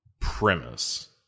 premise